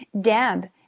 Deb